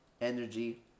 energy